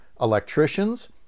electricians